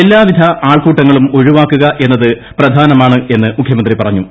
എല്ലാവിധ ആൾക്കൂട്ടങ്ങളും ഒഴിവാക്കുക എന്നത് പ്രധാനമാണെന്ന് മുഖ്യമന്ത്രി പറഞ്ഞു